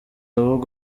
avuga